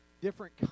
different